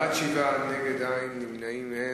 בעד, 7, נגד, אין, ואין נמנעים.